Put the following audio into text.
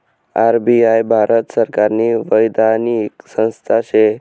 RBI Bharat सरकारनी वैधानिक संस्था शे